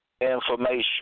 information